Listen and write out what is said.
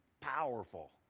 powerful